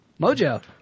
Mojo